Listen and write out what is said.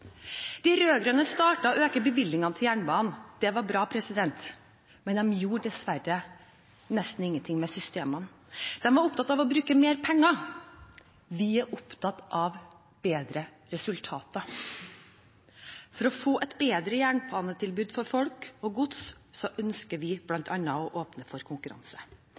De rød-grønne startet å øke bevilgningene til jernbanen. Det var bra, men de gjorde dessverre nesten ingenting med systemene. De var opptatt av å bruke mer penger, vi er opptatt av bedre resultater. For å få et bedre jernbanetilbud for folk og gods ønsker vi bl.a. å åpne for konkurranse.